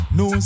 no